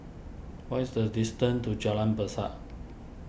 what is the distance to Jalan Besar